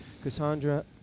Cassandra